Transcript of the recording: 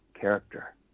character